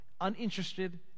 uninterested